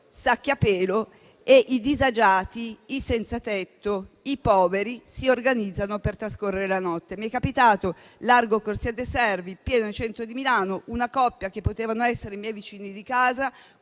sacchi a pelo e i disagiati, i senzatetto, i poveri si organizzano per trascorrere la notte. Mi è capitato a largo Corsia dei Servi, in pieno centro di Milano, di vedere una coppia - potevano essere i miei vicini di casa